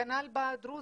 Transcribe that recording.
כנ"ל בדרוזי.